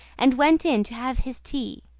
and went in to have his tea.